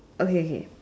okay okay